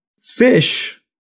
fish